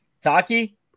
Taki